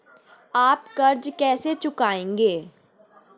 आप कर्ज कैसे चुकाएंगे?